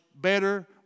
better